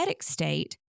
state